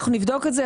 אנחנו נבדוק את זה,